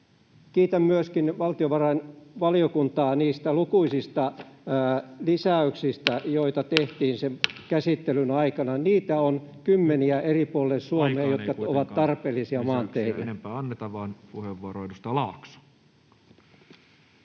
Kiitän myöskin valtiovarainvaliokuntaa niistä lukuisista lisäyksistä, joita tehtiin sen käsittelyn aikana. Niitä on kymmeniä eri puolille Suomea, jotka ovat tarpeellisia maanteille.